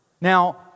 Now